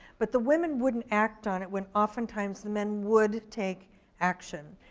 but the women wouldn't act on it, when oftentimes the men would take action.